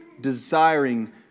desiring